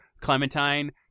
Clementine